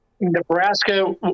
Nebraska